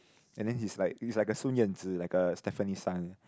and then he's like he's like a Sun Yan Zi like a Stefanie-Sun